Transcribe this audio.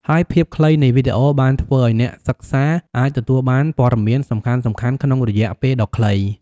ហើយភាពខ្លីនៃវីដេអូបានធ្វើឲ្យអ្នកសិក្សាអាចទទួលបានព័ត៌មានសំខាន់ៗក្នុងរយៈពេលដ៏ខ្លី ។